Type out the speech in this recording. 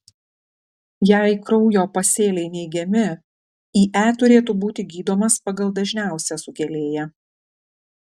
jei kraujo pasėliai neigiami ie turėtų būti gydomas pagal dažniausią sukėlėją